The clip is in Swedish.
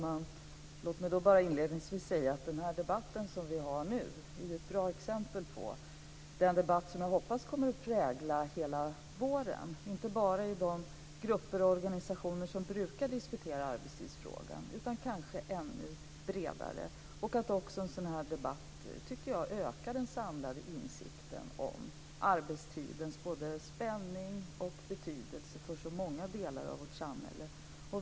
Fru talman! Låt mig inledningsvis säga att den debatt som vi nu har är ett bra exempel på den debatt som jag hoppas kommer att prägla hela våren, inte bara i de grupper och organisationer som brukar diskutera arbetstidsfrågan utan kanske ännu bredare. En sådan här debatt, tycker jag, ökar den samlade insikten om arbetstidens både spännvidd och betydelse för så många delar av svårt samhälle.